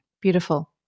Beautiful